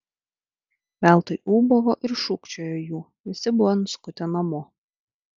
veltui ūbavo ir šūkčiojo jų visi buvo nuskutę namo